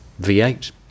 V8